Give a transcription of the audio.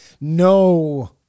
no